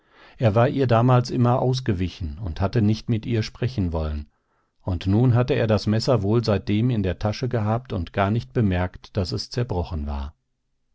er war ihr damals immer ausgewichen und hatte nicht mit ihr sprechen wollen und nun hatte er das messer wohl seitdem in der tasche gehabt und gar nicht bemerkt daß es zerbrochen war